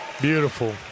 Beautiful